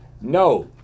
No